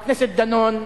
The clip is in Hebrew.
חבר הכנסת דנון,